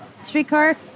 streetcar